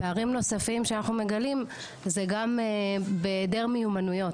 פערים נוספים שאנחנו מגלים זה גם בהיעדר מיומנויות,